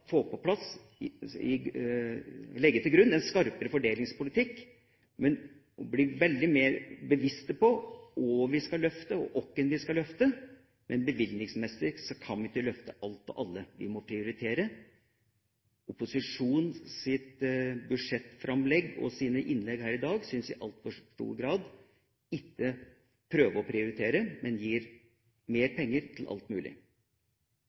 skal løfte, og hvem vi skal løfte, men bevilgningsmessig kan vi ikke løfte alt og alle; vi må prioritere. Opposisjonens budsjettframlegg og innlegg her i dag syns jeg i altfor stor grad ikke prøver å prioritere, men gir mer penger til alt mulig.